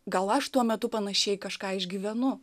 gal aš tuo metu panašiai kažką išgyvenu